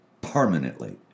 permanently